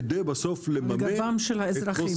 כדי לממן בסוף את חוסר --- על גבם של האזרחים.